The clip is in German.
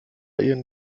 ihren